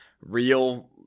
real